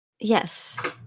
Yes